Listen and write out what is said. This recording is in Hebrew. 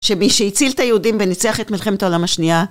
שמי שהציל את היהודים וניצח את מלחמת העולם השנייה